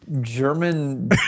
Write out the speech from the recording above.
German